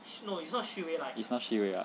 it's not 虚伪 ah